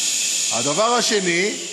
הדבר השני,